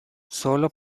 sólo